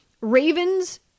Ravens